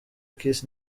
kiss